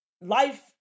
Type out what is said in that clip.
life